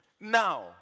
Now